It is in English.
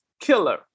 killer